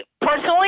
personally